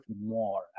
more